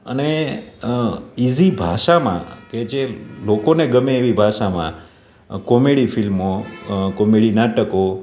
અને ઇઝી ભાષામાં કે જે લોકોને ગમે એવી ભાષામાં કોમેડી ફિલ્મો કોમેડી નાટકો